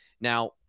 now